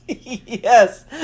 yes